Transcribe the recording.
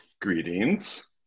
Greetings